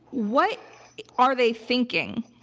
what are they thinking?